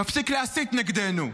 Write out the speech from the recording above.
תפסיק להסית נגדנו.